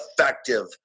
effective